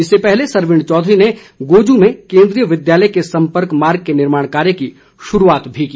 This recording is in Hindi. इससे पहले सरवीण चौधरी ने गोजु में केंदीय विद्यालय के संपर्क मार्ग के निर्माण कार्य की शुरूआत भी की